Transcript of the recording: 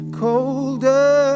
colder